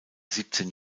siebzehn